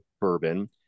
bourbon